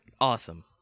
Awesome